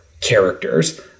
characters